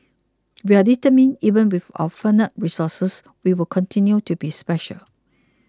we are determined even with our finite resources we will continue to be special